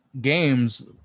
games